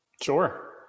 Sure